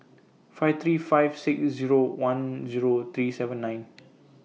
five three five six Zero one Zero three seven nine